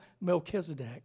Melchizedek